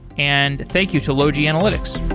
and thank you to logi analytics.